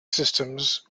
systems